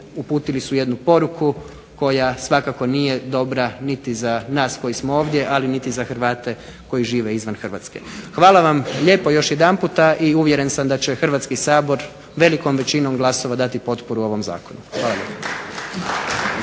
uputili su jednu poruku koja svakako nije dobra niti za nas koji smo ovdje, ali niti za Hrvate koji žive izvan Hrvatske. Hvala vam lijepo još jedanputa i uvjeren sam da će Hrvatski sabor velikom većinom glasova dati potporu ovom zakonu. Hvala